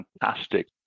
fantastic